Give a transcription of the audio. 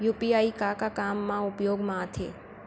UPI का का काम मा उपयोग मा आथे?